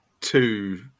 two